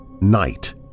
night